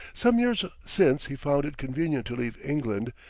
some years since he found it convenient to leave england,